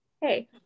hey